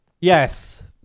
Yes